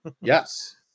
Yes